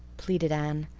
pleaded anne,